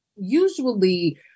usually